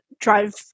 drive